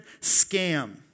scam